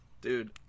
dude